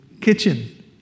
kitchen